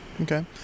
Okay